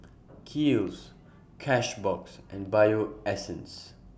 Kiehl's Cashbox and Bio Essence